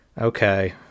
okay